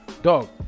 dog